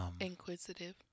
Inquisitive